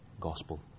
gospel